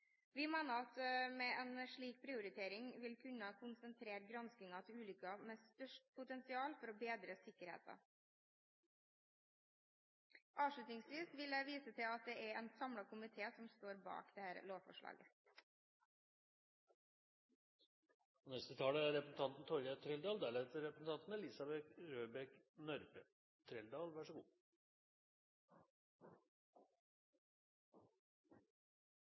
Vi mener at man med en slik prioritering vil kunne konsentrere granskingen om ulykker med størst potensial for å bedre sikkerheten. Avslutningsvis vil jeg vise til at det er en samlet komité som står bak dette lovforslaget. Det